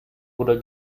oder